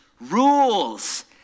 rules